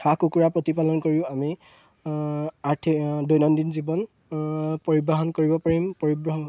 হাঁহ কুকুৰা প্ৰতিপালন কৰিও আমি আৰ্থিক দৈনন্দিন জীৱন পৰিব্ৰহণ কৰিব পাৰিম পৰিব্ৰহ